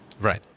Right